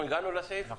הגענו לסעיף?